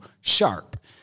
sharp